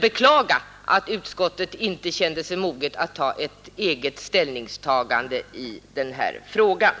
beklaga att utskottet inte känt sig moget att göra ett eget ställningstagande i denna fråga.